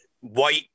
white